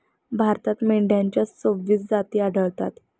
भारतात मेंढ्यांच्या सव्वीस जाती आढळतात